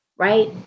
Right